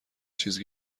چیز